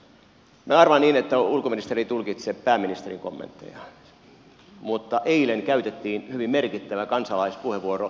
minä arvaan niin että ulkoministeri ei tulkitse pääministerin kommentteja mutta eilen käytettiin hyvin merkittävä kansalaispuheenvuoro